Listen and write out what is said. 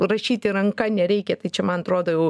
rašyti ranka nereikia tai čia man atrodo jau